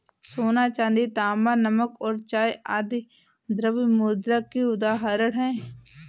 सोना, चांदी, तांबा, नमक और चाय आदि द्रव्य मुद्रा की उदाहरण हैं